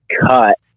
cut